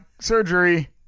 surgery